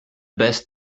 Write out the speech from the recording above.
best